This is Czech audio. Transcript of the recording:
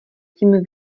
tím